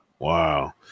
Wow